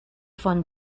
fun